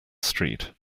street